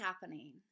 happening